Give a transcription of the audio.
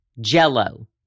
jello